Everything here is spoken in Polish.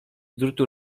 drutu